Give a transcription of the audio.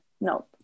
no